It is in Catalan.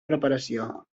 preparació